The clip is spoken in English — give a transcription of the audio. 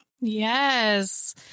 yes